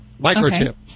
Microchip